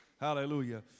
Hallelujah